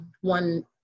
one